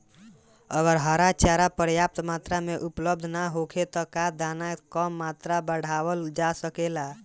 अगर हरा चारा पर्याप्त मात्रा में उपलब्ध ना होखे त का दाना क मात्रा बढ़ावल जा सकेला?